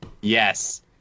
Yes